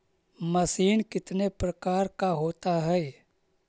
Machine कितने प्रकार का होता है?